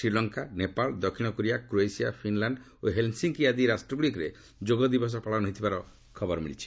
ଶ୍ରୀଲଙ୍କା ନେପାଳ ଦକ୍ଷିଣ Korea Croatia Finland ଓ Helsinki ଆଦି ରାଷ୍ଟ୍ରଗୁଡ଼ିକରେ ଯୋଗଦିବସ ପାଳନ ହୋଇଥିବା ଖବର ମିଳିଛି